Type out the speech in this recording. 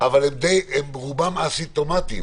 אבל הם רובם א-סימפטומטיים,